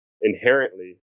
inherently